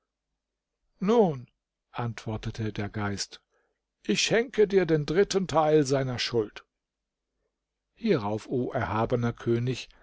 nun antwortete der geist ich schenke dir den dritten teil seiner schuld hierauf o erhabener könig